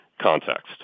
context